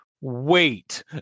Wait